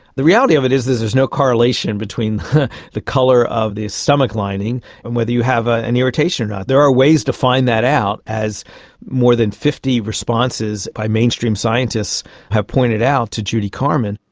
the reality of it is there's there's no correlation between the colour of the stomach lining and whether you have ah an irritation or not. there are ways to find that out, as more than fifty responses by mainstream scientists have pointed out to judy carman.